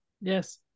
Yes